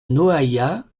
noaillat